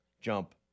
jump